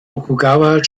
tokugawa